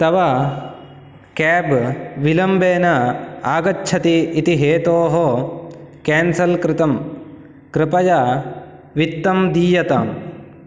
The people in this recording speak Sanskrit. तव केब् विलम्बेन आगच्छति इति हेतोः केन्सल् कृतं कृपया वित्तं दीयतां